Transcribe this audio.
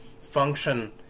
function